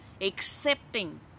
accepting